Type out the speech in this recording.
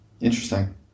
Interesting